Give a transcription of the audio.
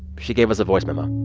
she gave us a voice memo